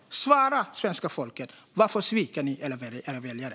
Svara svenska folket: Varför sviker ni era väljare?